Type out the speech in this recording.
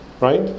right